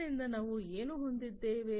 ಆದ್ದರಿಂದ ನಾವು ಏನು ಹೊಂದಿದ್ದೇವೆ